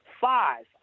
five